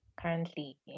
currently